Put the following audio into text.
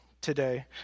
today